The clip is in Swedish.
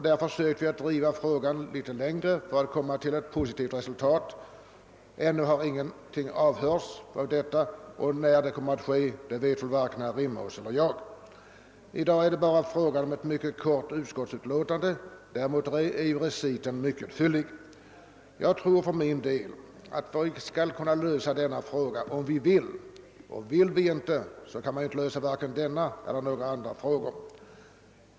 Vi försökte där driva frågan litet längre för att nå ett positivt resultat. Ännu har ingenting avhörts om detta, och när det kommer att ske vet varken herr Rimås eller jag. I dag föreligger ett mycket kort utskottsutlåtande — däremot är reciten fylligare. Jag tror för min del att vi kan lösa denna fråga, om vi vill. Vill. man inte, kan man inte lösa vare sig denna eller andra frågor.